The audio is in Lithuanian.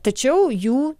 tačiau jų